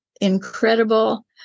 incredible